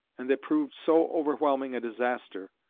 and that proved so overwhelming a disaster,